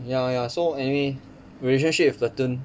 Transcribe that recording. ya ya so anyway relationship with platoon